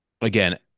again